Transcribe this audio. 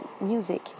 music